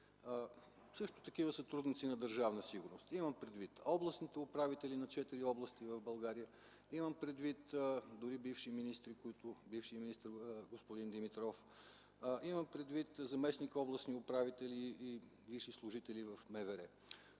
също такива сътрудници на Държавна сигурност – имам предвид областните управители на четири области в България, имам предвид дори бивши министри, бившият министър господин Димитров, имам предвид заместник областни управители и висши служители в МВР.